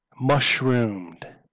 mushroomed